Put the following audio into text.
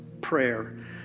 prayer